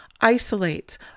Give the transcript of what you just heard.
isolate